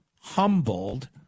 humbled